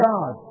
God